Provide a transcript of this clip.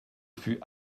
fut